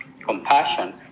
compassion